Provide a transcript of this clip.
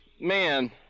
man